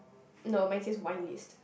no mine says wine list